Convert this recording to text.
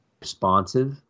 responsive